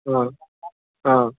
অঁ অঁ